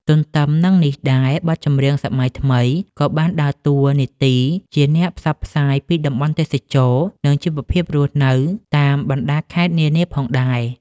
ទន្ទឹមនឹងនេះដែរ បទចម្រៀងសម័យថ្មីក៏បានដើរតួនាទីជាអ្នកផ្សព្វផ្សាយពីតំបន់ទេសចរណ៍ និងជីវភាពរស់នៅតាមបណ្ដាខេត្តនានាផងដែរ។